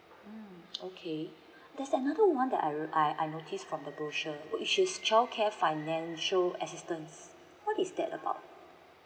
mm okay that's another one that I real~ I I notice from the brochure which is childcare financial assistance what is that about